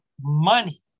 money